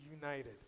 united